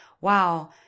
Wow